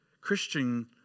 Christian